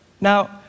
Now